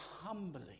humbly